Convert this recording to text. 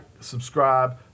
subscribe